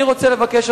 אני רוצה לבקש,